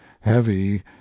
heavy